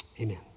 amen